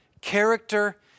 character